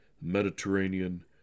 Mediterranean